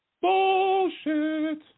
Bullshit